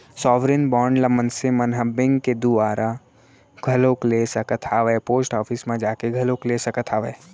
sovereign bond ल मनसे मन ह बेंक के दुवारा घलोक ले सकत हावय पोस्ट ऑफिस म जाके घलोक ले सकत हावय